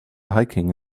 hiking